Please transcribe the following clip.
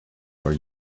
are